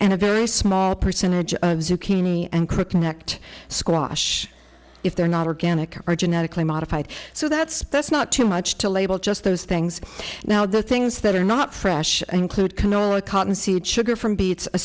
and a very small percentage of zucchini and cooking act squash if they're not organic or genetically modified so that's that's not too much to label just those things now the things that are not fresh include canola cotton seed sugar from beets a